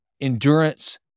Endurance